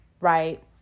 Right